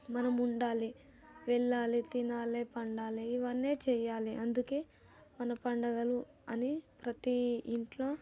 మనం ఉండాలే వెళ్ళాలే తినాలే పండాలే ఇవన్నీ చెయ్యాలే అందుకే మన పండగలు అని ప్రతి ఇంట్లో